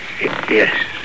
Yes